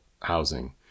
housing